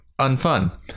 unfun